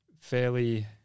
fairly